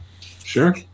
Sure